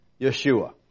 Yeshua